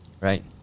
right